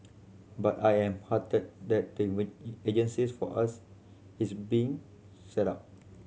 but I am heartened that agencies for us is being set up